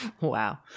Wow